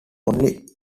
only